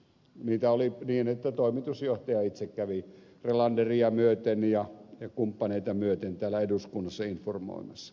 niitä oli niin että toimitusjohtaja itse kävi relanderia myöten ja kumppaneita myöten täällä eduskunnassa informoimassa